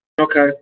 Okay